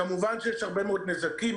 כמובן, יש הרבה מאוד נזקים.